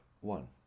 one